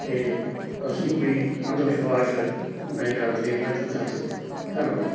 ਅਤੇ ਅਸੀਂ ਕੋਈ ਅੰਧ ਵਿਸ਼ਵਾਸ ਨਹੀਂ ਰੱਖਦੇ ਇਹਨਾਂ ਚੀਜ਼ਾਂ 'ਤੇ ਧੰਨਵਾਦ